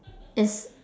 is